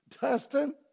Dustin